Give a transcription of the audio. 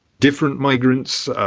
different migrants,